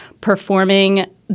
performing